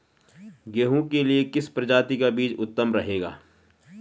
गेहूँ के लिए किस प्रजाति का बीज उत्तम रहेगा?